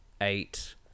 eight